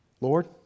Lord